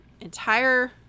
entire